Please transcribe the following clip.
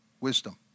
wisdom